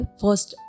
first